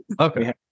okay